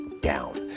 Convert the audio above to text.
down